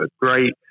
great